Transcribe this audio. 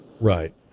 Right